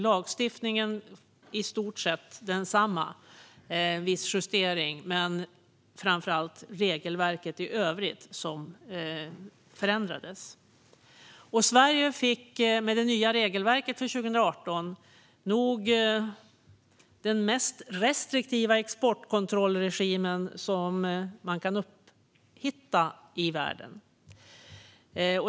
Lagstiftningen förblev i stort sett densamma, med viss justering, men regelverket i övrigt förändrades. Med det nya regelverket för 2018 fick Sverige nog den mest restriktiva exportkontrollregim som står att hitta i världen.